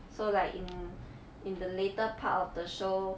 so like in in the later part of the show